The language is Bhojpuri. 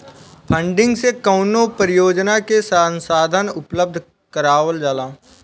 फंडिंग से कवनो परियोजना के संसाधन उपलब्ध करावल जाला